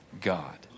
God